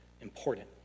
important